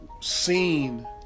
seen